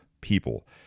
people